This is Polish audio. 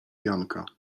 janka